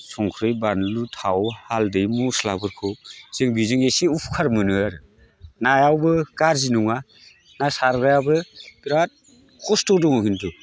संख्रि बानलु थाव हालदै मस्लाफोरखौ जों बिजों एसे उफखार मोनो आरो नायावबो गारजि नङा ना सारग्रायाबो बिराद खस्थ' दङ खिन्थु